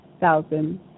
thousand